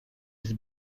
his